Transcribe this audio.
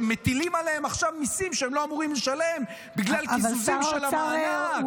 שמטילים עליהם עכשיו מיסים שהם לא אמורים לשלם בגלל קיזוזים של המענק.